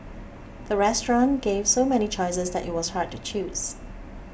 the restaurant gave so many choices that it was hard to choose